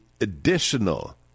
additional